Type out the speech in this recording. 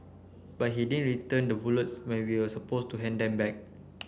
but he didn't return the bullets when we are supposed to hand them back